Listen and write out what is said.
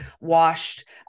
washed